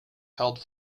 held